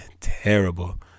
terrible